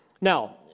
Now